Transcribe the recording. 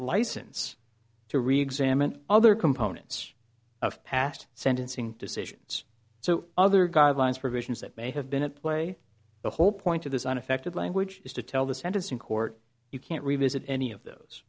license to reexamine other components of past sentencing decisions so other guidelines provisions that may have been at play the whole point of this unaffected language is to tell the sentencing court you can't revisit any of those